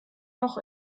noch